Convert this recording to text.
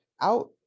out